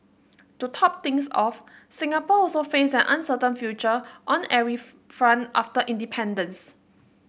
to top things off Singapore also faced an uncertain future on every front after independence